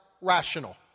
rational